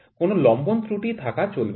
কোনও লম্বন ত্রুটি থাকা চলবে না